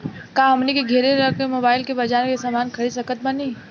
का हमनी के घेरे रह के मोब्बाइल से बाजार के समान खरीद सकत बनी?